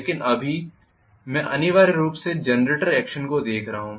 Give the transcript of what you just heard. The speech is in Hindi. लेकिन अभी मैं अनिवार्य रूप से जनरेटर एक्शन को देख रहा हूं